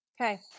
Okay